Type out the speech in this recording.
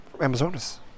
Amazonas